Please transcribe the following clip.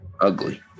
ugly